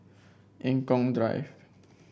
Eng Kong Drive